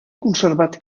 conservat